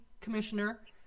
commissioner